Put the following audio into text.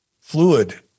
fluid